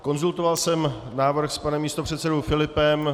Konzultoval jsem návrh s panem místopředsedou Filipem.